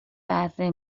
بره